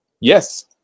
Yes